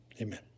Amen